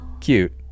Cute